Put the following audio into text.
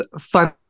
fun